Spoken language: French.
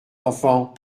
l’enfant